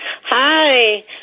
hi